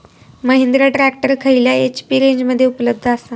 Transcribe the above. Mahindra tractor खयल्या HP रेंजमध्ये उपलब्ध आसा?